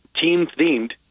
team-themed